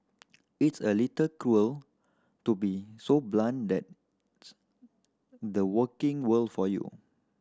it's a little cruel to be so blunt that's the working world for you